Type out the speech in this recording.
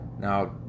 Now